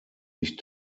ich